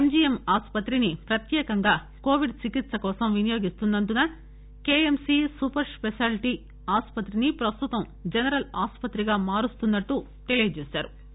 MGM ఆసుపత్రిని ప్రత్యేకంగా covid చికిత్స కోసం వినియోగిస్తున్న ందున కేయంసి సూపర్ స్పెషాలిటీ ఆసుపత్రిని ప్రస్తుతం జనరల్ ఆసుపత్రిగా మార్చుతున్నట్లు తెలిపారు